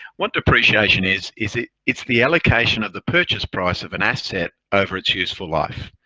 what depreciation is, is it's the allocation of the purchase price of an asset over its useful life.